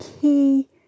key